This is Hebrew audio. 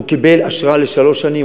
והוא קיבל אשרה לשלוש שנים,